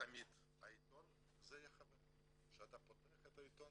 לתמיד העיתון יהיה חבר שאתה פותח את העיתון,